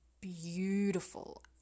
beautiful